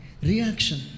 reaction